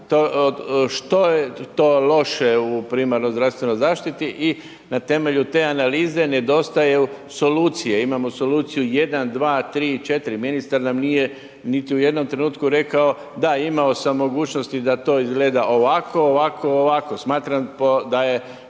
što je to loše u primarnoj zdravstvenoj zaštiti i na temelju te analize nedostaju solucije. Imamo soluciju 1, 2, 3, 4. ministar nam nije niti u jednom trenutku rekao da, imao sam mogućnosti da to izgleda ovako, ovako, ovako, smatram da je